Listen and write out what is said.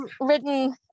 written